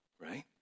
right